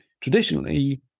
Traditionally